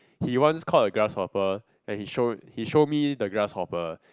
he once caught a grasshopper and he showed he show me the grasshopper